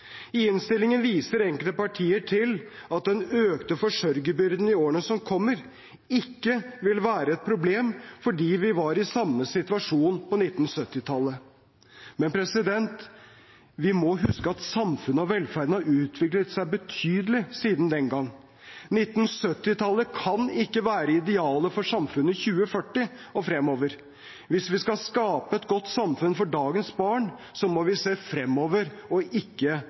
I innstillingen viser enkelte partier til at den økte forsørgerbyrden i årene som kommer, ikke vil være et problem, fordi vi var i samme situasjon på 1970-tallet. Men vi må huske at samfunnet og velferden har utviklet seg betydelig siden den gang. 1970-tallet kan ikke være idealet for samfunnet i 2040 og fremover. Hvis vi skal skape et godt samfunn for dagens barn, må vi se fremover, ikke bakover. Det krever ikke